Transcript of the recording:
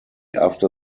after